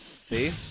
See